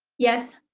yes.